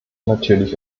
natürlich